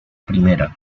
primera